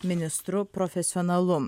ministru profesionalu